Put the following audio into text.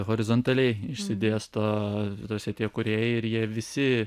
horizontaliai išsidėsto visi tie kūrėjai ir jie visi